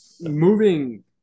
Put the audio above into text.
moving